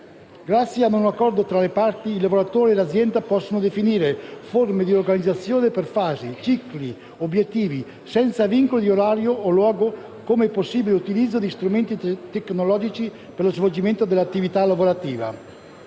Grazie ad un accordo tra le parti, il lavoratore e l'azienda possono definire forme di organizzazione per fasi, cicli e obiettivi e senza vincoli di orario o luogo di lavoro, con possibile utilizzo di strumenti tecnologici per lo svolgimento dell'attività lavorativa.